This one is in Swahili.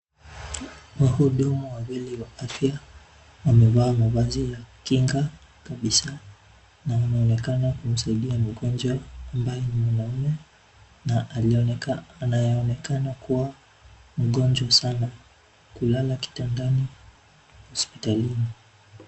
Mhudumu wawili wa afya; wamevaa mavazi ya kinga kabisa na wanaonekana kumsaidia mgonjwa ambaye ni mwanaume na anayeonekana kuwa mgonjwa sana, kulala kitandani hospitalini.